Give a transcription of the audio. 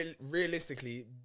realistically